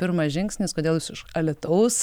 pirmas žingsnis kodėl jūs iš alytaus